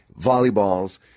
volleyballs